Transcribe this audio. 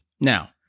Now